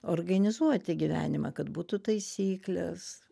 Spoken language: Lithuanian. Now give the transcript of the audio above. organizuoti gyvenimą kad būtų taisyklės